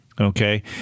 okay